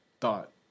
thought